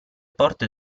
porte